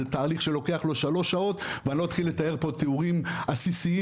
תהליך שלוקח לו שלוש שעות ואני לא אתחיל לתאר פה תיאורים עסיסיים